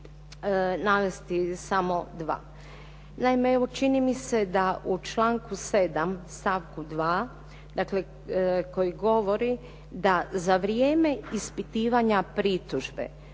Naime, evo čini mi se da u članku 7. stavku 2., dakle koji govori da za vrijeme ispitivanja pritužbe